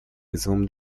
вызовом